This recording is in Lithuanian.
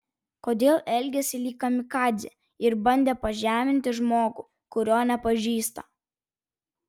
kodėl elgėsi lyg kamikadzė ir bandė pažeminti žmogų kurio nepažįsta